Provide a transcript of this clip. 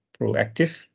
proactive